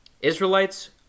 Israelites